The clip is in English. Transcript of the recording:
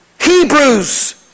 Hebrews